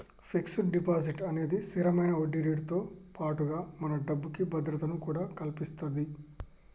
fixed deposit అనేది స్తిరమైన వడ్డీరేటుతో పాటుగా మన డబ్బుకి భద్రతను కూడా కల్పిత్తది